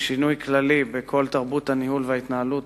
שינוי כללי בכל תרבות הניהול וההתנהלות